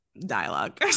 dialogue